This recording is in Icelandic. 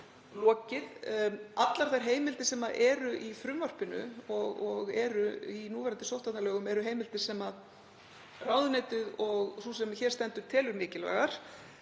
Allar þær heimildir sem eru í frumvarpinu og eru í núverandi sóttvarnalögum eru heimildir sem ráðuneytið og sú sem hér stendur telur mikilvægar.